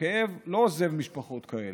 הכאב לא עוזב משפחות כאלה.